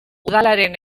udalaren